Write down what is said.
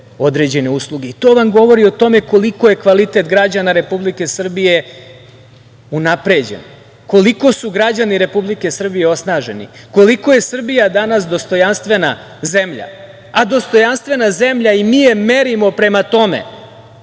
vam govori o tome koliko je kvalitet građana Republike Srbije unapređen, koliko su građani Republike Srbije osnaženi, koliko je Srbija danas dostojanstvena zemlja, a dostojanstvena zemlja i mi je merimo prema tome